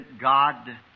God